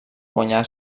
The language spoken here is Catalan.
guanyar